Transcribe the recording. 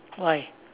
why